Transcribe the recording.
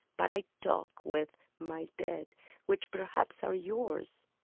but i talk with my dead which perhaps are yours,